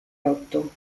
lotto